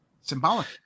Symbolic